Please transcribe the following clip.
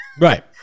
right